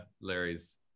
larry's